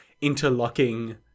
interlocking